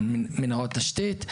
כן, מנרות תשתית.